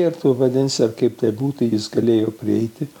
ar tu vadinsiar kaip tai būtų jis galėjo prieiti